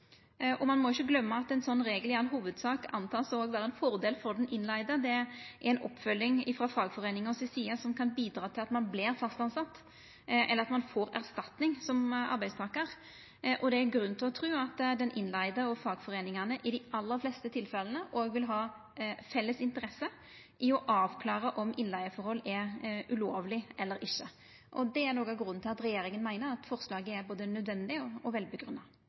Ein må ikkje gløyma at ein slik regel i all hovudsak vert anteken å vera ein fordel for den innleigde. Det er ei oppfølging frå fagforeininga si side som kan bidra til at ein vert fast tilsett, eller at ein får erstatning som arbeidstakar. Det er òg grunn til å tru at den innleigde og fagforeiningane i dei aller fleste tilfella òg vil ha felles interesser i å avklara om innleigeforholdet er ulovleg eller ikkje. Det er noko av grunnen til at regjeringa meiner at forslaget er både nødvendig og